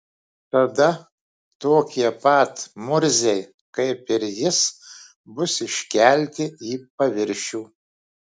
tada tokie pat murziai kaip ir jis bus iškelti į paviršių